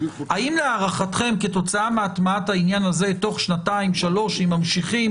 האם להערכתם כתוצאה מהטמעת העניין הזה תוך שנתיים-שלוש אם ממשיכים